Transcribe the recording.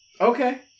Okay